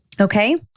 okay